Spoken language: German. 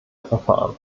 verfahren